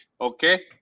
Okay